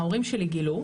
ההורים שלי גילו,